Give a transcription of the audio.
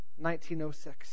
1906